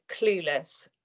clueless